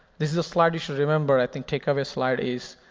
this is a slide you should remember. i think takeaway slide is,